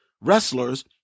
wrestlers